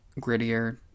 grittier